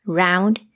round